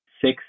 six